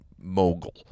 mogul